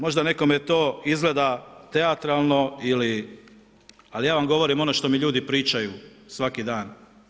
Možda nekome to izgleda teatralno ili, ali ja vam govorim ono što mi ljudi pričaju svaki dan.